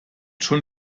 schon